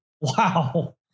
Wow